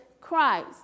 Christ